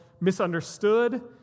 misunderstood